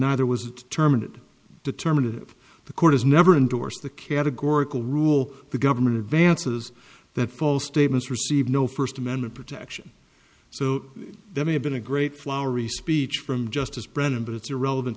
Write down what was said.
neither was terminated determinative the court has never endorsed the categorical rule the government advances that false statements receive no first amendment protection so there may have been a great flowery speech from justice brennan but it's irrelevant